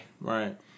Right